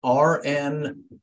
RN